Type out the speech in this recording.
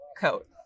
coat